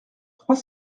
trois